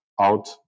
Out